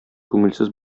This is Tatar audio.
күңелсез